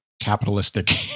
Capitalistic